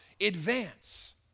advance